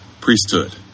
priesthood